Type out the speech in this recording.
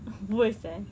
worse eh